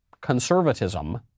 conservatism